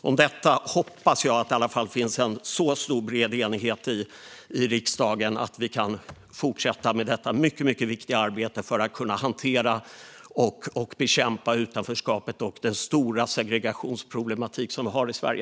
Om detta hoppas jag att det i alla fall finns en så bred enighet i riksdagen att vi kan fortsätta med detta mycket viktiga arbete för att kunna hantera och bekämpa utanförskapet och den stora segregationsproblematik som vi har i Sverige.